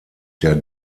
der